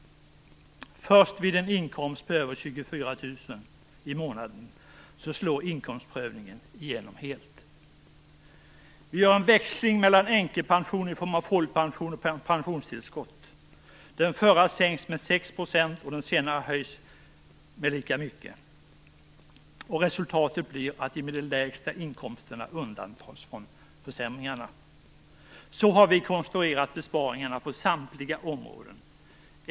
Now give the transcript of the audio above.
Först vid en inkomst på över 24 000 kr i månaden slår inkomstprövningen igenom helt. Vi gör en växling mellan änkepensionen i form av folkpension och pensionstillskott. Den förra sänks med 6 %, och den senare höjs med lika mycket. Resultatet blir att de med de lägsta inkomsterna undantas från försämringarna. Så har vi konstruerat besparingarna på samtliga områden.